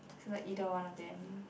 so that either one of them